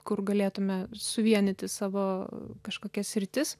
kur galėtume suvienyti savo kažkokias sritis